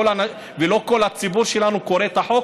ולא כל הציבור שלנו קורא את החוק,